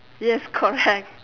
yes correct